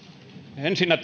ensinnä